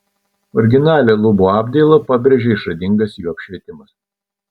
originalią lubų apdailą pabrėžia išradingas jų apšvietimas